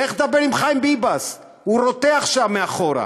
לך תדבר עם חיים ביבס, הוא רותח שם מאחורה.